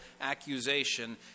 accusation